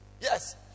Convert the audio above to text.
Yes